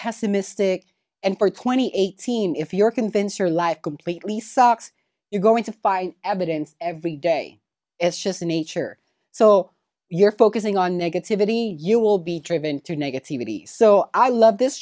pessimistic and for twenty eight scene if you're convinced your life completely sucks you're going to fight evidence every day it's just nature so you're focusing on negativity you will be driven to negativity so i love this